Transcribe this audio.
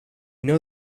know